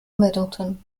middleton